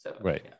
Right